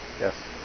Yes